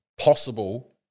possible